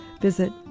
visit